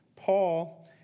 Paul